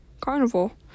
Carnival